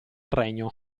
regno